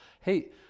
hey